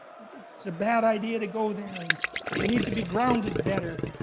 it's a bad idea to go there. and we need to be grounded better.